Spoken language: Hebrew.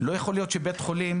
לא יכול להיות שבית חולים